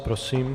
Prosím.